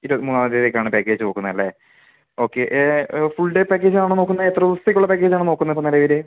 ഇരുപത്തി മൂന്നാം തീയതിയിലേക്കാണ് പാക്കേജ് നോക്കുന്നതല്ലേ ഓക്കെ ഫുൾ ഡേ പാക്കേജ് ആണോ നോക്കുന്നത് എത്ര ദിവസത്തേക്കുള്ള പാക്കേജ് ആണ് നോക്കുന്നത് ഇപ്പം നിലവിൽ